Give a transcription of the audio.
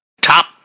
Top